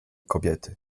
kobiety